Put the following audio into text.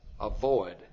avoid